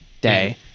day